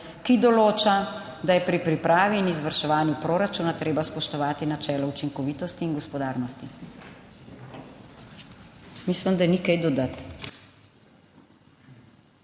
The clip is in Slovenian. ki določa, da je pri pripravi in izvrševanju proračuna treba spoštovati načelo učinkovitosti in gospodarnosti. Naslednje dejstvo;